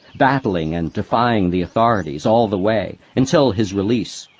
battling and defying the authorities all the way until his release.